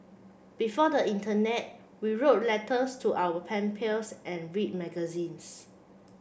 before the internet we wrote letters to our pen pals and read magazines